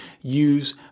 use